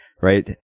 right